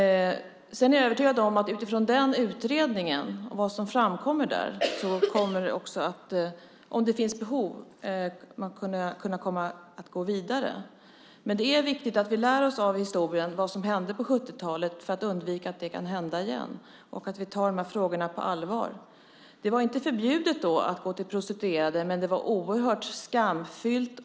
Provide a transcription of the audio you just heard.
Jag är övertygad om man att utifrån den utredningen och vad som framkommer där kommer att kunna gå vidare, om det finns behov. Men det är viktigt att vi lär oss av historien vad som hände på 70-talet för att undvika att det händer igen. Vi tar frågorna på allvar. Det var inte förbjudet att gå till prostituerade då, men det var oerhört skamfyllt.